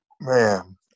Man